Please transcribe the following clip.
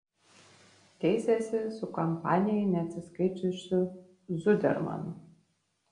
teisėsi su kampanijai neatsiskaičiusiu zudermanu